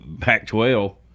Pac-12